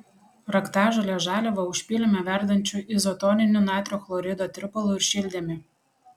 raktažolės žaliavą užpylėme verdančiu izotoniniu natrio chlorido tirpalu ir šildėme